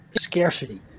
scarcity